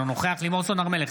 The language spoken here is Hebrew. אינו נוכח לימור סון הר מלך,